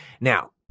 Now